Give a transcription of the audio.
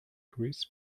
chris